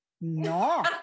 No